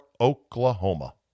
Oklahoma